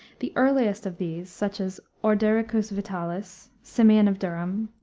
the earliest of these, such as ordericus vitalis, simeon of durham,